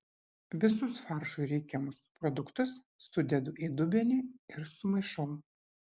visus faršui reikiamus produktus sudedu į dubenį ir sumaišau